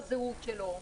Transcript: לזהות שלו.